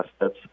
assets